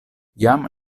jam